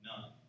none